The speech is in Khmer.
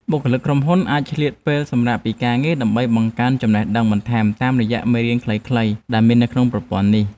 បុគ្គលិកក្រុមហ៊ុនអាចឆ្លៀតពេលសម្រាកពីការងារដើម្បីបង្កើនចំណេះដឹងបន្ថែមតាមរយៈមេរៀនខ្លីៗដែលមានក្នុងប្រព័ន្ធនេះ។